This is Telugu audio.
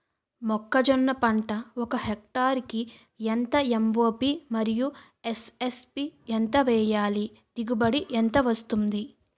మొక్కజొన్న పంట ఒక హెక్టార్ కి ఎంత ఎం.ఓ.పి మరియు ఎస్.ఎస్.పి ఎంత వేయాలి? దిగుబడి ఎంత వస్తుంది?